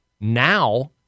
Now